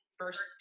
first